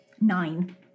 Nine